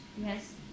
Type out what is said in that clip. Yes